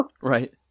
Right